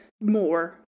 more